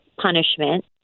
punishment